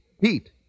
heat